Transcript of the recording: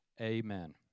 Amen